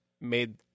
made